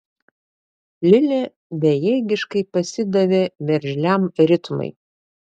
lilė bejėgiškai pasidavė veržliam ritmui